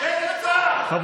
עוד פיגוע בממשלת